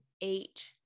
eight